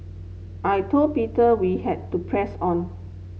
I told Peter we had to press on